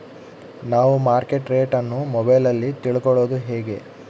ನಾವು market rate ಅನ್ನು ಮೊಬೈಲಲ್ಲಿ ತಿಳ್ಕಳೋದು ಹೇಗೆ?